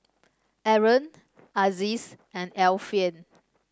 Aaron Aziz and Alfian